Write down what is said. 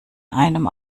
einem